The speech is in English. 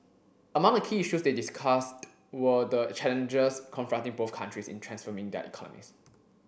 among the key issues they discussed were the challenges confronting both countries in transforming their economies